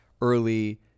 early